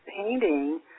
painting